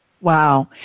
Wow